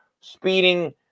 speeding